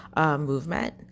movement